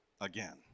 again